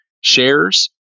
shares